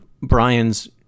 Brian's